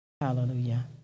Hallelujah